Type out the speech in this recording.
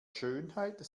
schönheit